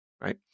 right